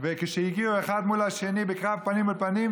וכשהגיעו אחד מול השני בקרב פנים מול פנים